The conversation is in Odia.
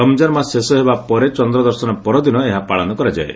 ରମଜାନ ମାସ ଶେଷ ହେବା ପରେ ଚନ୍ଦ୍ରଦର୍ଶନ ପରଦିନ ଏହା ପାଳନ କରାଯାଏ